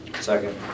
Second